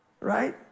right